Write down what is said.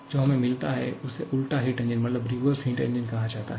जो हमें मिलता है उसे उल्टा हिट इंजन कहा जाता है